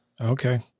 Okay